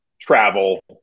travel